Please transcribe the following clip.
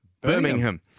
Birmingham